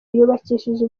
yubakishije